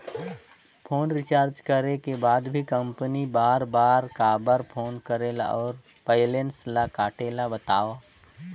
Phone recharge करे कर बाद भी कंपनी बार बार काबर फोन करेला और बैलेंस ल काटेल बतावव?